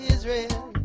Israel